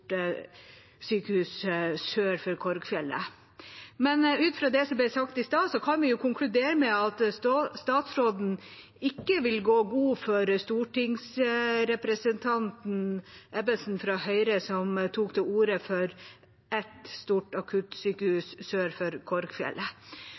sykehus sør for Korgfjellet. Men ut fra det som ble sagt i stad, kan vi konkludere med at statsråden ikke vil gå god for stortingsrepresentanten Ebbesen fra Høyre, som tok til orde for ett stort